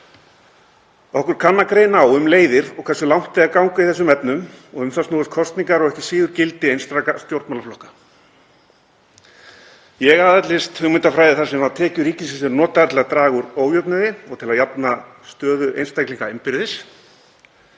Okkur kann að greina á um leiðir og hversu langt eigi að ganga í þeim efnum og um það snúast kosningar og ekki síður gildi einstakra stjórnmálaflokka. Ég aðhyllist hugmyndafræði þar sem tekjur ríkisins eru notaðar til að draga úr ójöfnuði og til að jafna stöðu einstaklinga innbyrðis.